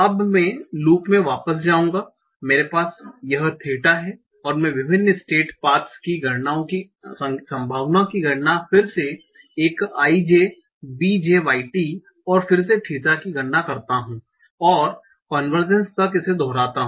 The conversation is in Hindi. अब मैं लूप में वापस जाऊंगा मेरे पास यह थीटा है मैं विभिन्न स्टेट पाथ्स की संभावनाओं की गणना फिर से एक i j b j y t और फिर से थीटा की गणना करता हूं और कोनवरजेंस तक इसे दोहराता हूं